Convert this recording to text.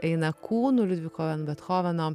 eina kūnu liudviko van bethoveno